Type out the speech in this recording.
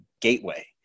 Gateway